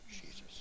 Jesus